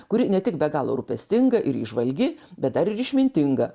kuri ne tik be galo rūpestinga ir įžvalgi bet dar ir išmintinga